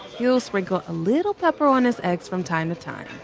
he'll sprinkle a little pepper on his eggs from time to time,